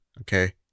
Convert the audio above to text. Okay